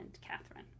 Catherine